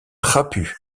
trapu